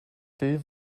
will